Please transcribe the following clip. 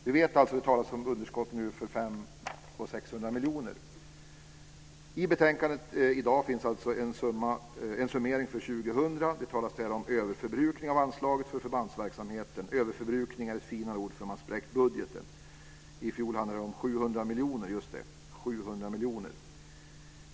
Vi vet alltså att det för i år talas om ett underskott på 500 I betänkandet i dag finns en summering för år 2000. Det talas om en överförbrukning av anslaget för förbandsverksamheten. Överförbrukning är ett finare ord för att man har spräckt budgeten. I fjol handlade det om 700 miljoner. Just det: 700 miljoner!